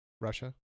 Russia